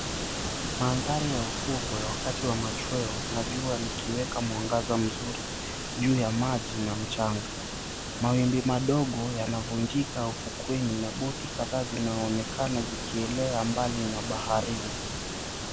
Mandhari ya ufukwe wakati wa machweo na jua likiweka mwangaza mzuri juu ya maji na mchanga. Mawimbi madogo yanavunjika ufukweni na boti kadhaa zinaonekana zikielea mbali na baharini.